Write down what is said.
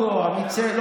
ברדוגו, עמית סגל.